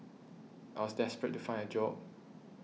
I was desperate to find a job